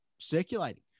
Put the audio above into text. circulating